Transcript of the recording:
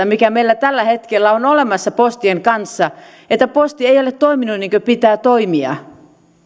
mikä meillä tällä hetkellä on olemassa postien kanssa kun posti ei ei ole toiminut niin kuin pitää toimia